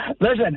Listen